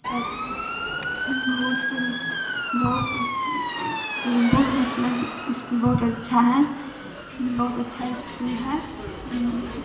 सभ बहुत बहुत कि बहु मैसनाके इसकुल बहुत अच्छा हइ बहुत अच्छा इसकुल हइ